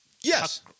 Yes